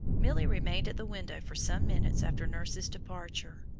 milly remained at the window for some minutes after nurse's departure,